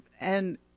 And-